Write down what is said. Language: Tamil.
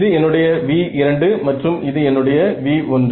இது என்னுடைய V2 மற்றும் இது என்னுடைய V1